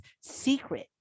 secret